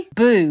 Boo